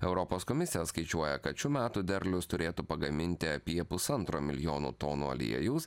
europos komisija skaičiuoja kad šių metų derliaus turėtų pagaminti apie pusantro milijono tonų aliejaus